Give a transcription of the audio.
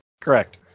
Correct